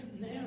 now